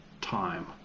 time